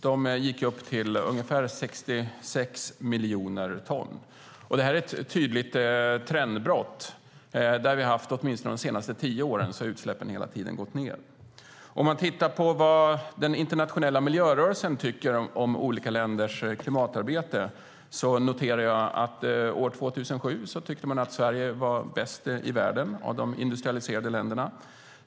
De gick upp till ungefär 66 miljoner ton. Det här är ett tydligt trendbrott, för åtminstone de senaste tio åren har utsläppen hela tiden gått ned. När jag tittar på vad den internationella miljörörelsen tycker om olika länders klimatarbete noterar jag att man 2007 tyckte att Sverige var bäst i världen av de industrialiserade länderna.